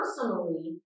personally